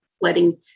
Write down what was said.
letting